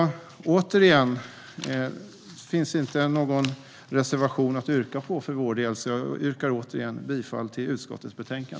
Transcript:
Det finns som sagt ingen reservation för vår del att yrka bifall till, så jag yrkar återigen bifall till utskottets förslag.